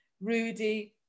Rudy